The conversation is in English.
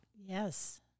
Yes